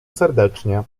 serdecznie